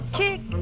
kick